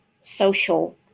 social